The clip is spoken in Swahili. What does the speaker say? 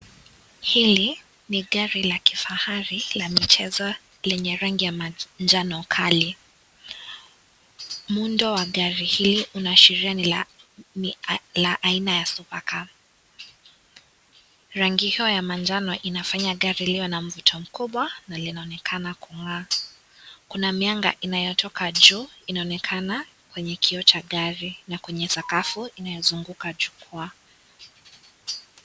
Hili ni gari la kifahari la kucheza lenye rangi ya manjano kali. Muhundo wa gari hili linaashiria ni la aina ya super gar . Rangi hio ya manjano inafanya gari liwe na mfuto mkubwa na linaonekana kung'aa. Kuna mianga inayotoka juu inaonekana kwenye kioo cha gari na kwenye sakafu imesungukwa chuma.